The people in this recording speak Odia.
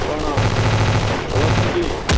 କ'ଣ ଭଲ ଅଛନ୍ତି